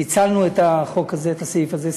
פיצלנו את החוק הזה, את הסעיף הזה.